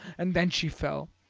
and then she fell,